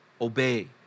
obey